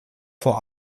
vor